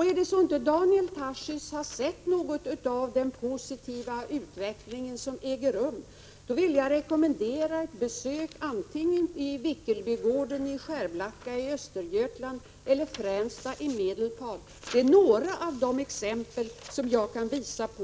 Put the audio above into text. Om det är så att Daniel Tarschys inte har sett något av den positiva utveckling som har ägt rum vill jag rekommendera ett besök antingen i Vickelbygården, Skärblacka i Östergötland eller i Fränsta i Medelpad. Det är ett par av de exempel som jag kan visa på.